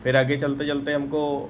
फिर आगे चलते चलते हमको